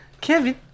Kevin